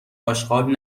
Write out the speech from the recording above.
آشغال